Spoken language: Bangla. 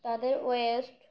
তাদের ওয়েস্ট